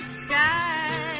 sky